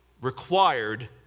required